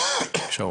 בבקשה אורן.